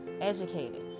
educated